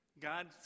God